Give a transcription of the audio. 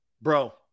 bro